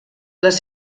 les